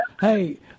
hey